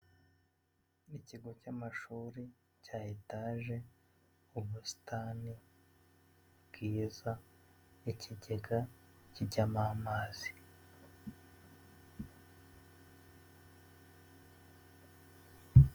Ikigo cy'amashuri cya etaje, ubusitani bwiza, ikigega kijyamo amazi.